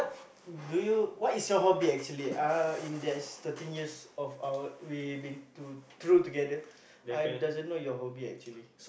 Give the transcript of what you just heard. do you what is your hobby actually uh in that thirteen years of our we've been to through together I doesn't know your hobby actually